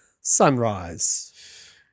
Sunrise